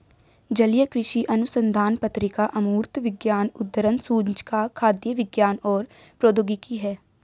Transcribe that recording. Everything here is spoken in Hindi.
जलीय कृषि अनुसंधान पत्रिका अमूर्त विज्ञान उद्धरण सूचकांक खाद्य विज्ञान और प्रौद्योगिकी है